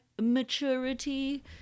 maturity